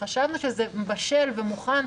כשחשבנו שזה בשל ומוכן,